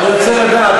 אני רוצה לדעת.